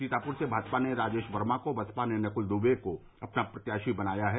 सीतापुर से भाजपा ने राजेश वर्मा को बसपा ने नकुल दुबे को अपना प्रत्याशी बनाया है